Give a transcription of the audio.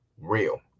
real